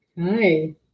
Hi